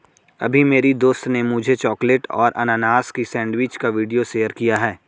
अभी मेरी दोस्त ने मुझे चॉकलेट और अनानास की सेंडविच का वीडियो शेयर किया है